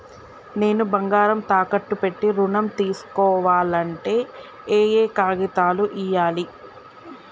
నేను బంగారం తాకట్టు పెట్టి ఋణం తీస్కోవాలంటే ఏయే కాగితాలు ఇయ్యాలి?